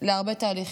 להרבה תהליכים.